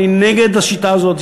אני נגד השיטה הזאת,